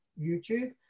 YouTube